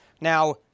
Now